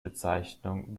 bezeichnung